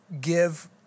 give